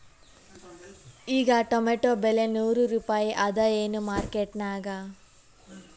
ಈಗಾ ಟೊಮೇಟೊ ಬೆಲೆ ನೂರು ರೂಪಾಯಿ ಅದಾಯೇನ ಮಾರಕೆಟನ್ಯಾಗ?